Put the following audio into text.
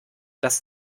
das